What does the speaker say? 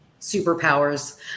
superpowers